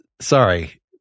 Sorry